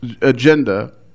agenda